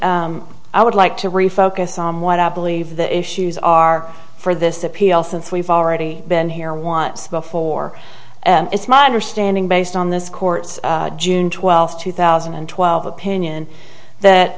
i would like to refocus on what i believe the issues are for this appeal since we've already been here wants before and it's my understanding based on this court's june twelfth two thousand and twelve opinion that